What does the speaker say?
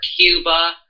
Cuba